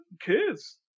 kids